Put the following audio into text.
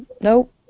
Nope